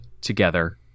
together